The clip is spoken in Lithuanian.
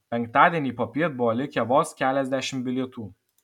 penktadienį popiet buvo likę vos keliasdešimt bilietų